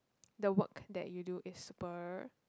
the work that you do is super